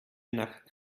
nach